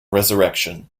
resurrection